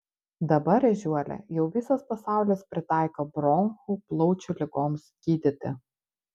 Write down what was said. dabar ežiuolę jau visas pasaulis pritaiko bronchų plaučių ligoms gydyti